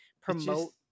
promote